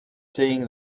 saying